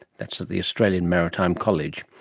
that's at the australian maritime college.